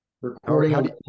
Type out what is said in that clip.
Recording